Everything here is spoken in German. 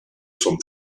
zum